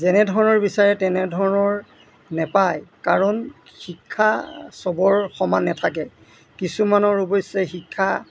যেনে ধৰণৰ বিচাৰে তেনেধৰণৰ নাপায় কাৰণ শিক্ষা সবৰ সমান নাথাকে কিছুমানৰ অৱশ্যে শিক্ষা